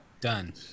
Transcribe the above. Done